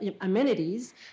amenities